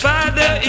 Father